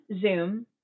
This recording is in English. zoom